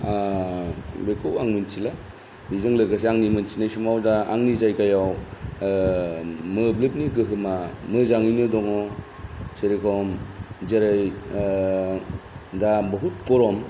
बेखौ आं मोन्थिला बेजों लोगोसे आंनि मोन्थिनाय समाव दा आंनि जायगायाव मोब्लिबनि गोहोमा मोजाङैनो दङ जेरखम जेरै दा बहुद गरम